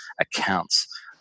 accounts